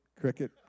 cricket